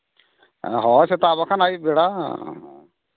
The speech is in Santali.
ᱦᱳᱭ ᱥᱮᱛᱟᱜ ᱵᱟᱠᱷᱟᱱ ᱟᱹᱭᱩᱵ ᱵᱮᱲᱟ